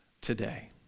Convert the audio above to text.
today